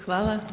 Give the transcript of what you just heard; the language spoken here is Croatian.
Hvala.